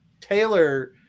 taylor